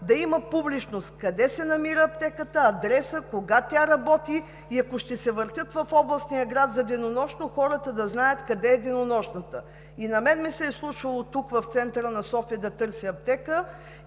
да има публичност къде се намира аптеката, адресът ѝ, кога работи тя и ако ще се въртят в областния град, хората да знаят къде е денонощната. И на мен ми се е случвало тук, в центъра на София, да търся аптека